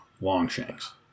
longshanks